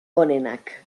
onenak